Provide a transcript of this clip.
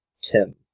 Tim